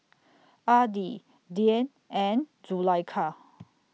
Adi Dian and Zulaikha